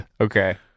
Okay